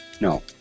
No